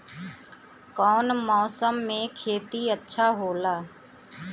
कौन मौसम मे खेती अच्छा होला?